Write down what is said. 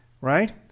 right